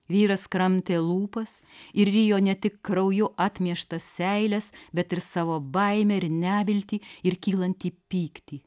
vyras kramtė lūpas ir rijo ne tik krauju atmieštas seiles bet ir savo baimę ir neviltį ir kylantį pyktį